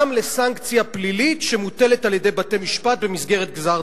גם לסנקציה פלילית שמוטלת על-ידי בתי-משפט במסגרת גזר-דין.